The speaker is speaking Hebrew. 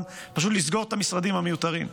פשוט לסגור את המשרדים המיותרים.